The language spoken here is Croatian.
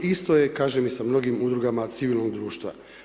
Isto je kažem i sa mnogim udrugama civilnog društva.